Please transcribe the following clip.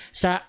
sa